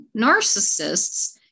narcissists